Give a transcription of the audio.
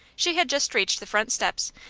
she had just reached the front steps,